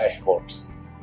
dashboards